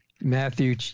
Matthew